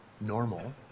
normal